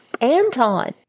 Anton